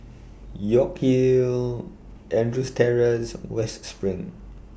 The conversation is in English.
York Hill Andrews Terrace West SPRING